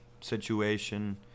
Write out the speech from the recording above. situation